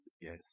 yes